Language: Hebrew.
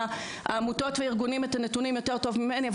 העמותות והארגונים את הנתונים יותר טוב ממני.